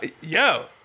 yo